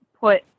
put